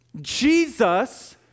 Jesus